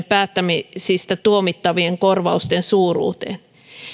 päättämisistä tuomittavien korvausten suuruuteen